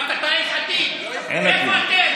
רק אתה יש עתיד, איפה אתם?